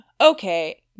okay